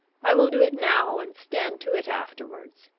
i will do it now and stand to it afterwards.